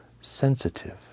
sensitive